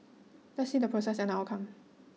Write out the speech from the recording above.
let's see the process and the outcome